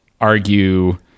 argue